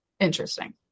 Interesting